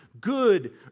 good